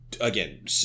again